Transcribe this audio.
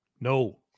No